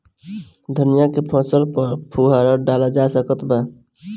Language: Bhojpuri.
धनिया के फसल पर फुहारा डाला जा सकत बा?